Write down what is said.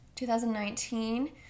2019